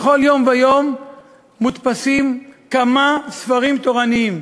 בכל יום ויום מודפסים כמה ספרים תורניים.